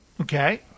Okay